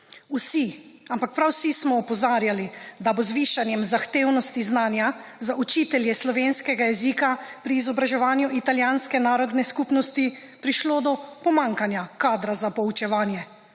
Vsi, ampak prav vsi smo opozarjali, da bo z zvišanjem zahtevnosti znanja za učitelje slovenskega jezika pri izobraževanju italijanske narodne skupnosti prišlo do pomanjkanja kadra za poučevanje.